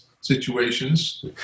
situations